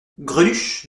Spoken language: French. greluche